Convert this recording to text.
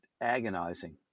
agonizing